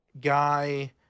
Guy